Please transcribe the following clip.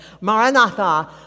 Maranatha